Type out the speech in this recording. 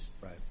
Right